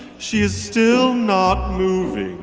she is still not moving.